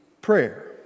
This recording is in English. prayer